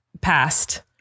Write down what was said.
passed